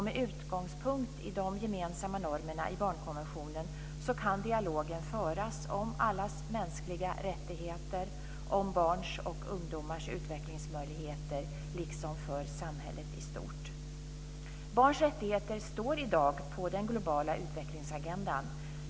Med utgångspunkt i de gemensamma normerna i barnkonventionen kan dialogen föras om allas mänskliga rättigheter och om barns och ungdomars utvecklingsmöjligheter, liksom för samhället i stort. Barns rättigheter står i dag på den globala utvecklingsagendan.